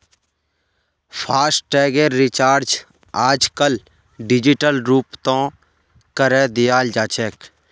फासटैगेर recharge आजकल digital रूपतों करे दियाल जाछेक